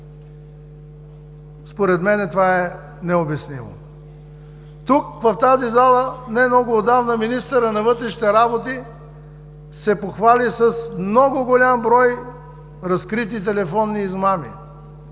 Според мен това е необяснимо. Тук, в тази зала, не много отдавна министърът на вътрешните работи се похвали с много голям брой разкрити телефонни измами.